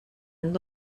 and